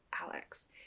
Alex